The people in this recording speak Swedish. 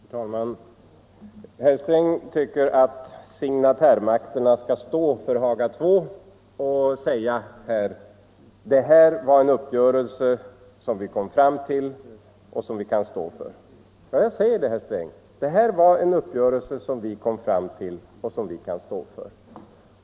Herr talman! Herr Sträng tycker att signatärmakterna skall stå för Haga II-uppgörelsen och att de även skall deklarera att de gör det. Ja, herr Sträng, jag säger att vi kan stå för den uppgörelse som vi kom fram till.